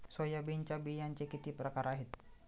सोयाबीनच्या बियांचे किती प्रकार आहेत?